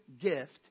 gift